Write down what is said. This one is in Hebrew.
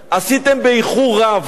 עשיתם באיחור רב.